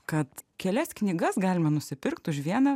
kad kelias knygas galima nusipirkt už vieną